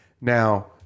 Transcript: Now